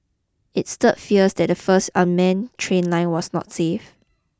it stirred fears that the first unmanned train line was not safe